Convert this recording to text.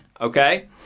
okay